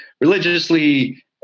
religiously